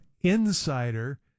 insider